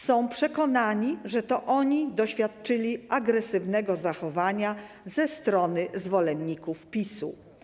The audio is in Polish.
Są przekonani, że to oni doświadczyli agresywnego zachowania ze strony zwolenników PiS-u.